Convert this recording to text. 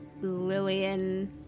Lillian